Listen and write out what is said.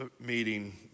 meeting